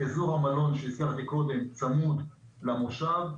אזור המלון שהזכרתי קודם צמוד למושב,